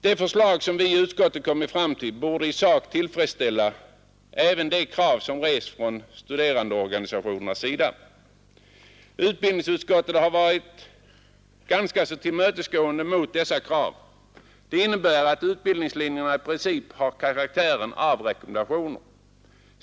Det förslag som vi i utskottet kommit fram till borde i sak kunna tillfredsställa även de krav som rests av studerandeorganisationerna. Utbildningsutskottet har varit ganska tillmötesgående mot dessa krav. Det innebär att utbildningslinjerna i princip har karaktären av rekommendationer.